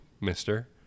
mister